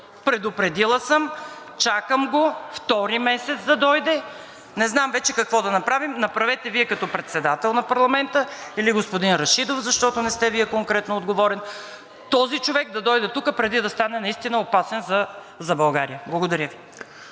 Предупредила съм, чакам го втори месец да дойде. Не знам вече какво да направим? Направете Вие като председател на парламента, или господин Рашидов, защото не сте Вие конкретно отговорен, този човек да дойде тук, преди да стане наистина опасен за България. Благодаря Ви.